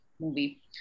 movie